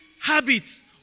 habits